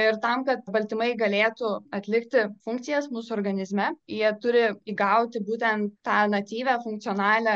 ir tam kad baltymai galėtų atlikti funkcijas mūsų organizme jie turi įgauti būtent tą natyvią funkcionalią